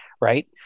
right